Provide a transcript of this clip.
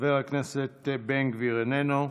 חבר הכנסת בן גביר, איננו.